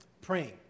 praying